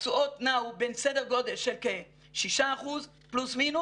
התשואות נעו בין סדר גודל של כ-6% פלוס-מינוס.